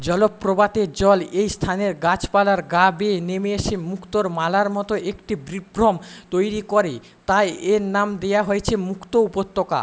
জলপ্রপাতের জল এই স্থানের গাছপালার গা বেয়ে নেমে এসে মুক্তোর মালার মতো একটি বিভ্রম তৈরী করে তাই এর নাম দেওয়া হয়েছে মুক্তো উপত্যকা